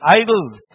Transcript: idols